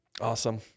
Awesome